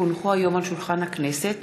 כי הונחו היום על שולחן הכנסת,